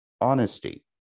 Honesty